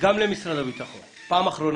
למשרד הביטחון בפעם האחרונה,